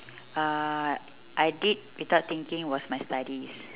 uh I did without thinking was my studies